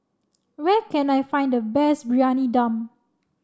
where can I find the best Briyani Dum